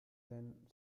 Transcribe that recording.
than